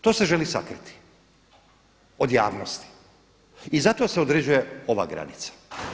To se želi sakriti od javnosti i zato se određuje ova granica.